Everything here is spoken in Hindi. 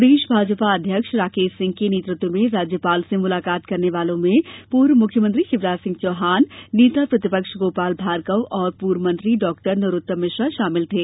प्रदेश भाजपा अध्यक्ष राकेश सिंह के नेतत्व में राज्यपाल से मुलाकात करने वालों में पूर्व मुख्यमंत्री शिवराज सिंह चौहान नेता प्रतिपक्ष गोपाल भार्गव और पूर्व मंत्री डॉ नरोत्तम मिश्रा शामिल थे